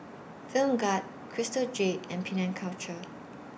Film Gad Crystal Jade and Penang Culture